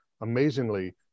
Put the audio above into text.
amazingly